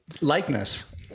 likeness